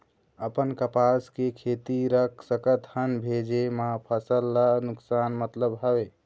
अपन कपास के खेती रख सकत हन भेजे मा फसल ला नुकसान मतलब हावे?